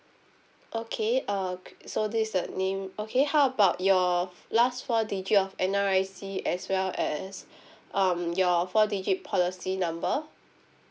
okay uh qu~ so this is the name okay how about your last four digit of N_R_I_C as well as um your four digit policy number